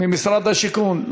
ממשרד השיכון,